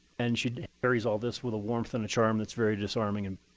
and she carries all this with a warmth and charm that's very disarming and